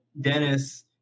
Dennis